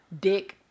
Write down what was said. Dick